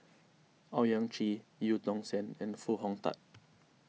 Owyang Chi Eu Tong Sen and Foo Hong Tatt